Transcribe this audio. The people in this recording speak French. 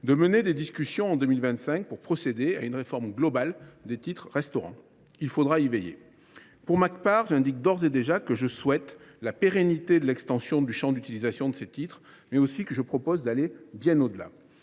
de mener des discussions en 2025 pour procéder à une réforme globale des titres restaurant. Il faudra y veiller. Pour ma part, j’indique d’ores et déjà que je souhaite non seulement pérenniser l’extension du champ d’utilisation de ces titres, mais aussi aller bien au delà.